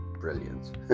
brilliant